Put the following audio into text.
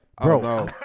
Bro